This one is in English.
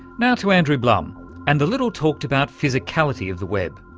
now to andrew blum and the little talked about physicality of the web.